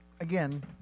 Again